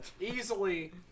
Easily